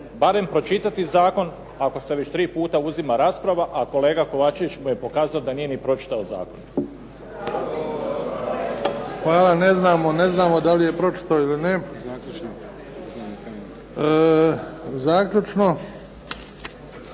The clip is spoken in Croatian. barem pročitati zakon, ako se već tri puta uzima rasprava, a kolega Kovačević mu je pokazao da nije ni pročitao zakone. **Bebić, Luka (HDZ)** Hvala. Ne znamo da li je pročitao ili ne. Zaključno